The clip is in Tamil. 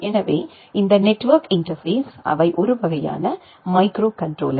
எனவே இந்த நெட்வொர்க் இன்டர்பேஸ் அவை ஒரு வகையான மைக்ரோகண்ட்ரோலர்